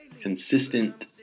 consistent